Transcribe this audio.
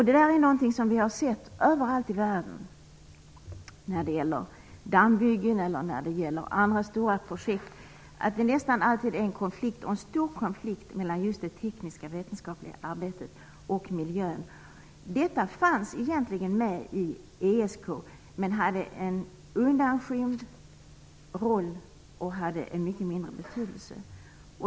Det här är någonting som vi har sett överallt i världen när det gäller dammbyggen eller andra stora projekt; det blir nästan alltid en stor konflikt mellan det tekniska, vetenskapliga arbetet och miljön. Detta fanns egentligen med i ESK, men det hade en undanskymd roll och mycket mindre betydelse.